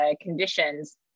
conditions